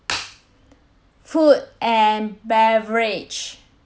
food and beverage